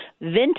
vintage